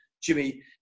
Jimmy